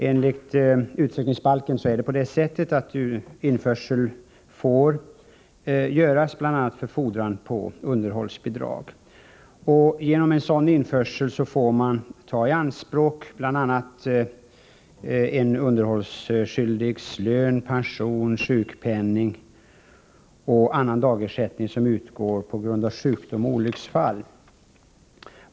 Enligt utsökningsbalken får införsel göras för sådana fordringar, och man får då ta i anspråk bl.a. en underhållsskyldigs lön, pension, sjukpenning och annan dagersättning som utgår på grund av sjukdom och olycksfall.